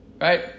Right